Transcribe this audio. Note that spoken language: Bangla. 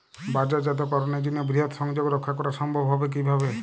বাজারজাতকরণের জন্য বৃহৎ সংযোগ রক্ষা করা সম্ভব হবে কিভাবে?